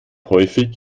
häufig